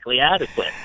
adequate